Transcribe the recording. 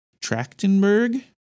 Trachtenberg